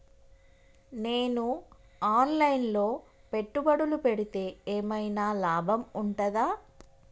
నేను online లో పెట్టుబడులు పెడితే ఏమైనా లాభం ఉంటదా?